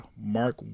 Mark